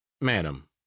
Madam